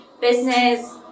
business